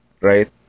right